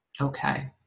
Okay